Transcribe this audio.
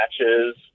matches